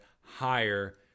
higher